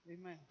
Amen